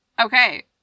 Okay